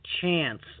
chance